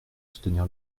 soutenir